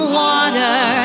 water